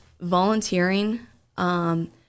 volunteering